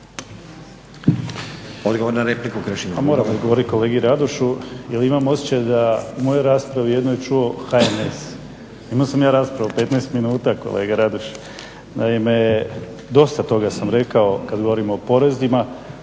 Odgovor na repliku Krešimir